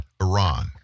Iran